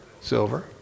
Silver